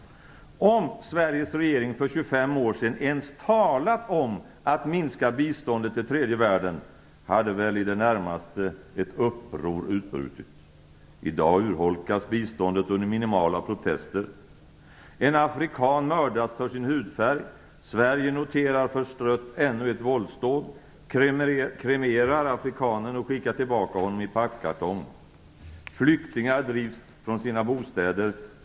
Om Sveriges regering för 25 år sedan ens talade om att minska biståndet till tredje världen hade väl i det närmaste ett uppror utbrutit. I dag urholkas biståndet under minimala protester. En afrikan mördas för sin hudfärg. Sverige noterar förstrött ännu ett våldsdåd, kremerar afrikanen och skickar tillbaka honom i pappkartong. Flyktingar drivs från sina bostäder.